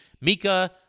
Mika